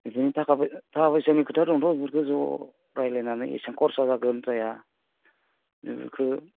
बिदिनो थाखा फैसानि खोथा दंथ' बे ज' रायलायनानै बेसां खरसा जागोन जाया बेखौ